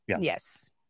Yes